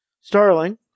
Starling